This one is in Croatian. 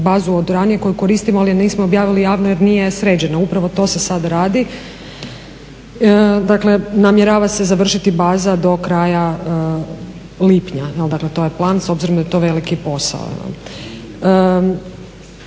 bazu od ranije koju koristimo, ali je nismo objavili javno jer nije sređena. Upravo to se sad radi. Dakle, namjerava se završiti baza do kraja lipnja. Dakle to je plan s obzirom da je to veliki posao,